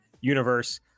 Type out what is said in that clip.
Universe